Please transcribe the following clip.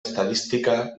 estadística